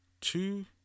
two